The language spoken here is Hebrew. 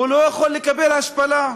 הוא לא יכול לקבל השפלה.